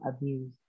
abuse